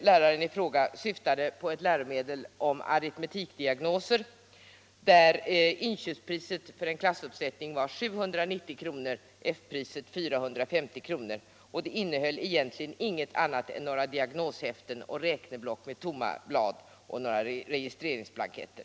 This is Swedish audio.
Läraren i fråga syftade på ett läromedel om aritmetikdiagnoser, där inköpspriset för en klassuppsättning var 790 kr., F-priset 450 kr. Nr 102 Det innehöll egentligen ingenting annat än några diagnoshäften och räk Onsdagen den neblock samt tomma blad och några registreringsblanketter.